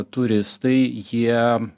turistai jie